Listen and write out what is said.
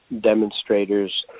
demonstrators